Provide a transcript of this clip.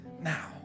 now